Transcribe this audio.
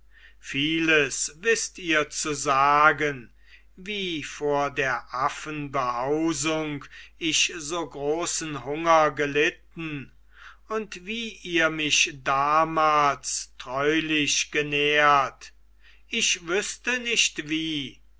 vieles wißt ihr zu sagen wie vor der affen behausung ich so großen hunger gelitten und wie ihr mich damals treulich genährt ich wüßte nicht wie